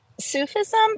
Sufism